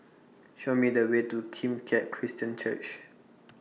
Show Me The Way to Kim Keat Christian Church